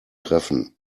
treffen